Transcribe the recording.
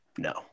No